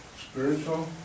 Spiritual